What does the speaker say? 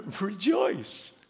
Rejoice